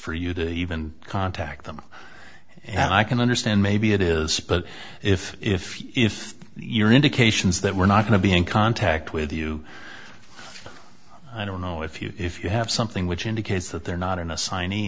for you to even contact them and i can understand maybe it is split if if if you're indications that we're not going to be in contact with you i don't know if you if you have something which indicates that they're not in assign